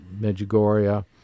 Medjugorje